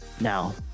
now